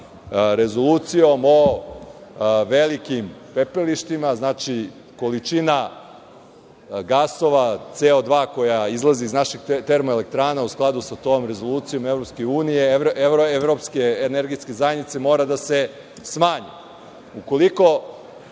Rezolucijom o velikim pepelištima, znači, količina gasova koja izlazi iz naših termoelektrana u skladu sa tom rezolucijom i EU i Evropske energetske zajednice mora da se smanji.